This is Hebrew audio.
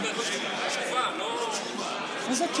לא, אני אומר תשובה, מה זה תשובה?